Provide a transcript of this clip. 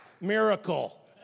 Miracle